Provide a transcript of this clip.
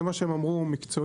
זה מה שהם אמרו מקצועית,